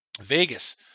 Vegas